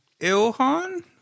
Ilhan